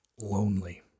lonely